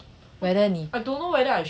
whether 你